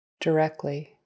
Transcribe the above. directly